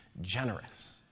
generous